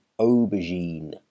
aubergine